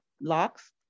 locks